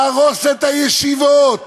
להרוס את הישיבות,